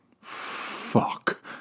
Fuck